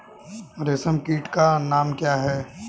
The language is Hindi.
रेशम कीट का नाम क्या है?